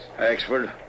Axford